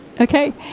Okay